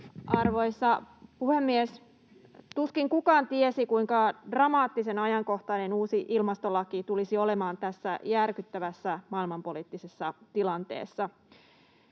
Arvoisa puhemies! Tuskin kukaan tiesi, kuinka dramaattisen ajankohtainen uusi ilmastolaki tulisi olemaan tässä järkyttävässä maailmanpoliittisessa tilanteessa.